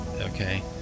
Okay